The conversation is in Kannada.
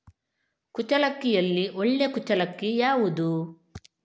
ಕುಚ್ಚಲಕ್ಕಿಯಲ್ಲಿ ಒಳ್ಳೆ ಕುಚ್ಚಲಕ್ಕಿ ಯಾವುದು?